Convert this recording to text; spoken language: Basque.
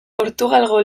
portugalgo